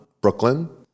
Brooklyn